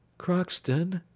crockston,